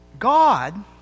God